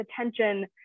attention